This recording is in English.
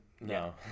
No